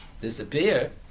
disappear